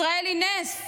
ישראל היא נס.